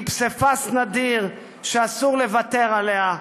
היא פסיפס נדיר שאסור לוותר עליו.